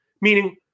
Meaning